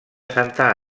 santa